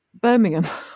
birmingham